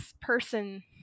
person